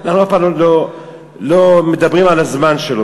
אנחנו אף פעם לא מדברים על הזמן שלו.